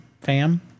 Fam